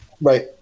Right